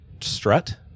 strut